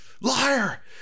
Liar